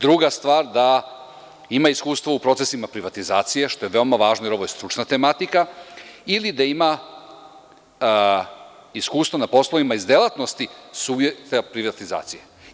Druga stvar da ima iskustva u procesima privatizacije, što je veoma važno, jer ovo je stručna tematika ili da ima iskustvo na poslovima iz delatnosti subjekta privatizacije.